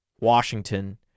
Washington